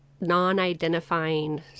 non-identifying